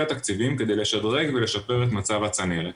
תקציבים כדי לשדרג ולשפר את מצב הצנרת.